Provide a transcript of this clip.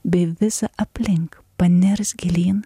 bei visa aplink panirs gilyn